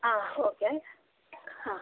ಹಾಂ ಓಕೆ ಹಾಂ